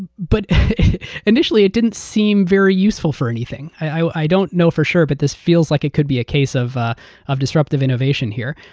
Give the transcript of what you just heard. but but initially, it didn't seem very useful for anything. i don't know for sure but this feels like it could be a case of ah of disruptive here.